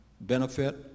benefit